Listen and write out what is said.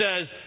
says